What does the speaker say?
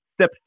step